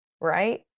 Right